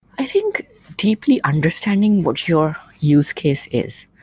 i think deeply understanding what your use case is.